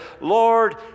Lord